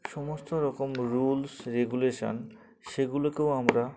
সমস্ত রকম rules regulation সেগুলোকেও আমরা